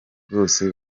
bose